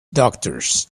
doctors